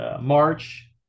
March